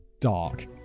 dark